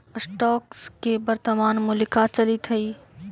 stocks के वर्तनमान मूल्य का चलित हइ